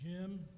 Jim